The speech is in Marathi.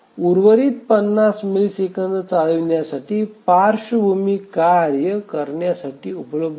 उर्वरित 50 मिलिसेकंद चालविण्यासाठी पार्श्वभूमी कार्य करण्यासाठी उपलब्ध आहेत